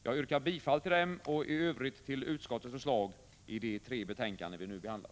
Jag yrkar bifall till dem och i övrigt till utskottets förslag i de tre betänkanden vi nu behandlar.